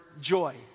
joy